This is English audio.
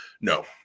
no